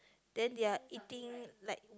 then they are eating like